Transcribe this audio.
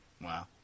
Wow